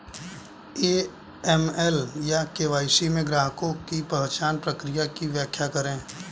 AML या KYC में ग्राहक पहचान प्रक्रिया की व्याख्या करें?